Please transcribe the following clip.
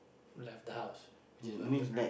left the house which is what y~